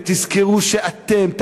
ותזכרו שאתם,